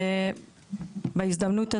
בהזדמנות הזו,